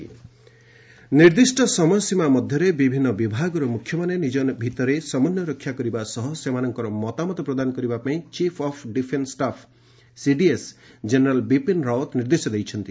CDS meeting ନିର୍ଦ୍ଦିଷ୍ଟ ସମୟସୀମା ମଧ୍ୟରେ ବିଭିନ୍ନ ବିଭାଗର ମୁଖ୍ୟମାନେ ନିଜ ଭିତରେ ସମନ୍ୱୟ ରକ୍ଷା କରିବା ସହ ସେମାନଙ୍କର ମତାମତ ପ୍ରଦାନ କରିବା ପାଇଁ chief of defence staff CDS general Bipin Rawat ନିର୍ଦ୍ଦେଶ ଦେଇଛନ୍ତି